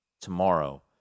tomorrow